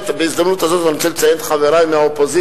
בהזדמנות הזאת אני רוצה לציין את חברי מהאופוזיציה,